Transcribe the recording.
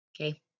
Okay